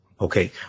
Okay